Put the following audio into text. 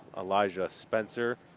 elijah spencer,